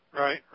Right